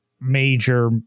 major